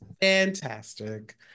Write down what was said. fantastic